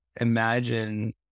imagine